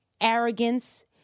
arrogance